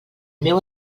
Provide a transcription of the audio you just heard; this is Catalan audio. meu